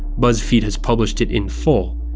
buzzfeed has published it in full,